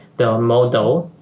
the model,